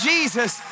Jesus